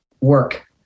work